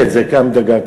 כן, גם דתיים.